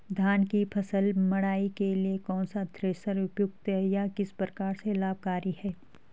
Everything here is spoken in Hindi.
धान की फसल मड़ाई के लिए कौन सा थ्रेशर उपयुक्त है यह किस प्रकार से लाभकारी है?